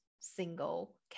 single